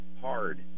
hard